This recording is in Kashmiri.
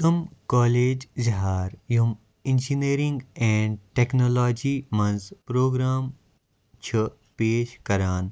کٕم کالیج وِہار یِم اِنجیٖنٔرِنٛگ اینٛڈ ٹٮ۪کنالجی منٛز پرٛوگرام چھُ پیش کَران